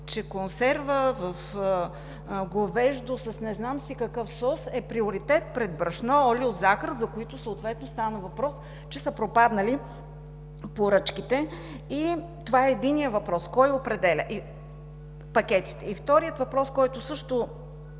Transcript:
че консерва говеждо с не знам си какъв сос е приоритет пред брашно, олио, захар, за които съответно стана въпрос, че са пропаднали поръчките. Това е единият въпрос: кой определя пакетите? Вторият въпрос, за който също е